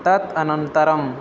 तत् अनन्तरम्